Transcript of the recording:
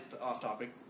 off-topic